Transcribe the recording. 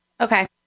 Okay